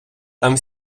там